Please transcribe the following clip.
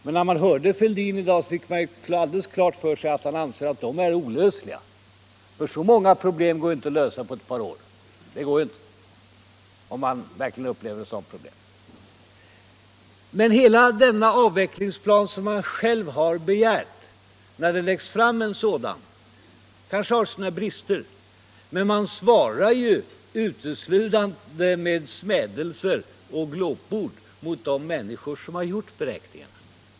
Men när man lyssnade på herr Fälldin i dag så fick man klart för sig att dessa problem är olösliga, för så många problem går inte att lösa på ett par år. När det läggs fram en avvecklingsplan, som den som herr Fälldin själv har begärt, så har den kanske sina brister. Men från centern svarar man uteslutande med smädelser och kastar glåpord mot dem som har gjort beräkningarna.